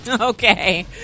Okay